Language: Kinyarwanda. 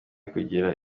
kugira